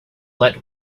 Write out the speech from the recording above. let